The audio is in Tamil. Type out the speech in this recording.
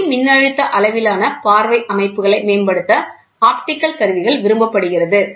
ஒளிமின்னழுத்த அளவிலான பார்வை அமைப்புகளை மேம்படுத்த ஆப்டிகல் கருவிகள் விரும்பப்படுகிறது